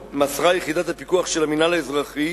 יחידת הפיקוח של המינהל האזרחי